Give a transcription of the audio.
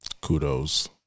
Kudos